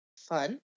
Fun